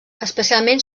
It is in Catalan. especialment